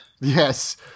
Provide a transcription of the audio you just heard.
Yes